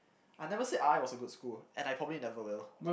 I never said R_I was a good school and I probably never will